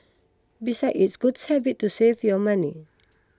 beside it's good habit to save your money